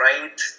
right